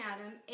Adam